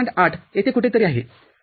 ८ येथे कुठेतरी आहे0